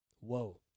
whoa